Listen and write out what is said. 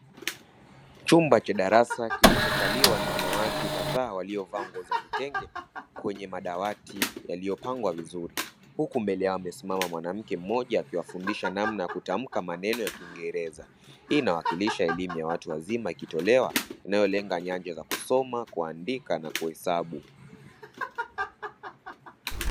Chumba cha darasa kilichokaliwa na wanawake kadhaa waliovaa nguo za vitenge kwenye madawati yaliyopangwa vizuri, huku mbele yao amesimama mwanamke mmoja akiwafundisha namna ya kutamka maneno ya kingereza. Hii inawakilisha elimu ya watu wazima ikitolewa inayolenga nyanja za kusoma, kuandika na kuhesabu.